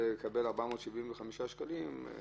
אני